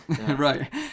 Right